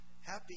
Happy